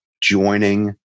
joining